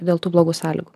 dėl tų blogų sąlygų